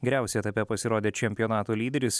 geriausiai etape pasirodė čempionato lyderis